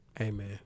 Amen